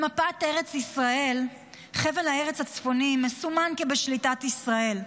במפת ארץ ישראל חבל הארץ הצפוני מסומן כבשליטת ישראל,